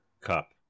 Cup